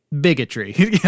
bigotry